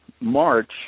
March